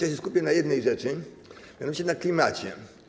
Ja się skupię na jednej rzeczy, mianowicie na klimacie.